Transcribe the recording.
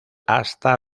hasta